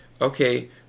okay